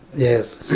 yes.